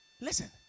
Listen